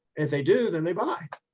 if they do then they buy.